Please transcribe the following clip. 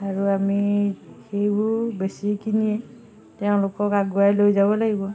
আৰু আমি সেইবোৰ বেছি কিনিয়ে তেওঁলোকক আগুৱাই লৈ যাব লাগিব